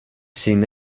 seen